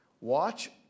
Watch